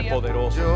poderoso